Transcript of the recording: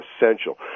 essential